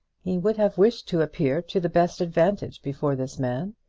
he would have wished to appear to the best advantage before this man,